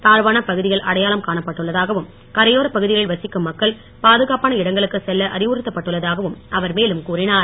தாழ்வான பகுதிகள் அடையாளம் காணப்பட்டுள்ளதாகவும் கரையோர பகுதிகளில் வசிக்கும் மக்கள் பாதுகாப்பான இடங்களுக்கு செல்ல அறிவுறுத்தப்பட்டுள்ளதாகவும் அவர் மேலும் கூறியுள்ளார்